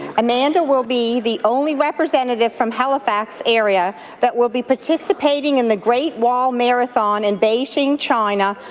amanda will be the only representative from halifax area that will be participating in the great wall marathon in beijing, china,